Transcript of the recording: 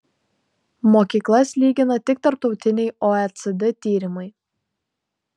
mokyklas lygina tik tarptautiniai oecd tyrimai